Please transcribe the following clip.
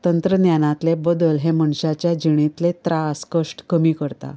तंत्रज्ञानांतले बदल हे मनशांच्या जिणेतलें त्रास कश्ट कमी करतात